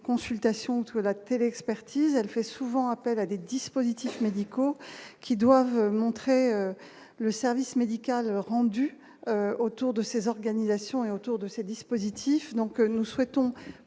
consultation que la télé-expertise fait souvent appel à des dispositifs médicaux qui doivent montrer le service médical rendu autour de ces organisations et autour de ces dispositifs donc nous souhaitons